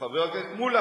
חבר הכנסת מולה,